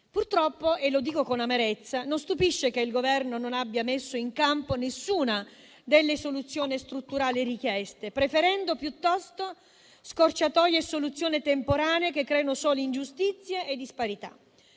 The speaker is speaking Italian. Purtroppo - lo dico con amarezza - non stupisce che il Governo non abbia messo in campo nessuna delle soluzioni strutturali richieste, preferendo piuttosto scorciatoie e soluzioni temporanee che creano solo ingiustizie e disparità.